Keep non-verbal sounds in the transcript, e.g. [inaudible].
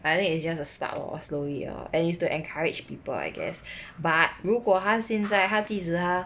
I think it's just a start lor slowly lor and is to encourage people [noise] I guess but 如果他现在 [noise] 即使他